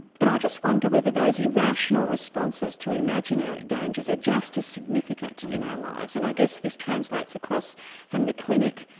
but i just wonder whether those irrational responses to imaginary dangers are just as significant in our lives and i guess this translates across from the clinic,